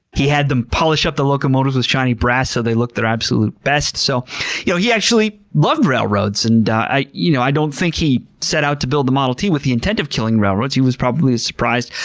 he had them polish up the locomotives with shiny brass so they looked their absolute best. so yeah he actually loved railroads and i you know i don't think he set out to build the model t with the intent of killing railroads. he was probably as surprised,